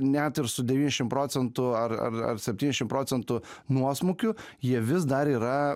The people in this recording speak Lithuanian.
net ir su devyniašim procentų ar ar ar septyniašim procentų nuosmukiu jie vis dar yra